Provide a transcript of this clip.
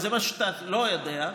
וזה משהו שאתה לא יודע,